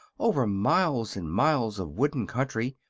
over miles and miles of wooden country,